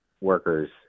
workers